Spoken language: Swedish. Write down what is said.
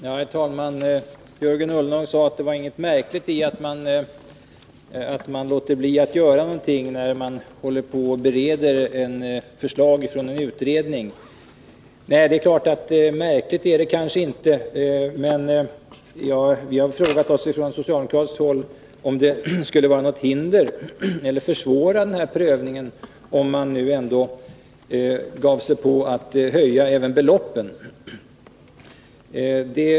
Herr talman! Jörgen Ullenhag sade att det inte var något märkligt i att man låter bli att göra någonting när man bereder ett förslag från en utredning. Nej, märkligt är det kanske inte, men vi har på socialdemokratiskt håll frågat om det skulle försvåra prövningen om man nu gav sig på att höja beloppen.